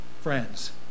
Friends